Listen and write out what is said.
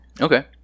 Okay